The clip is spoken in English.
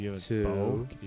two